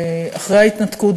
אחרי ההתנתקות,